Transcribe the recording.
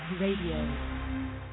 Radio